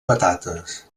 patates